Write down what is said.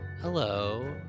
Hello